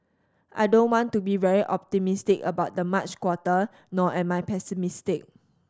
I don't want to be very optimistic about the March quarter nor am I pessimistic